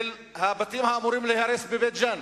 של הבתים האמורים ליהרס בבית-ג'ן.